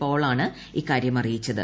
Paul ആണ് ഇക്കാര്യം അറിയിച്ചത്